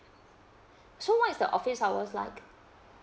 so what is the office hours like